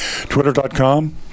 Twitter.com